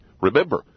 Remember